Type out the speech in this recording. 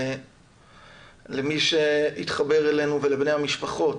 למי שהתחבר אלינו ולבני המשפחות,